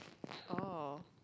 oh